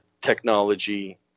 technology